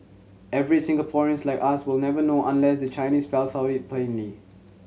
average Singaporeans like us will never know unless the Chinese spells out it plainly